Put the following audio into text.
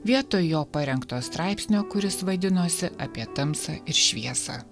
vietoj jo parengto straipsnio kuris vadinosi apie tamsą ir šviesą